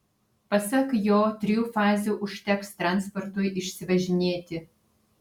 pasak jo trijų fazių užteks transportui išsivažinėti